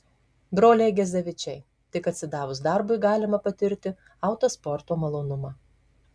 broliai gezevičiai tik atsidavus darbui galima patirti autosporto malonumą